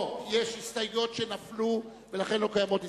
או יש הסתייגויות שנפלו ולכן לא קיימות הסתייגויות,